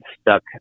stuck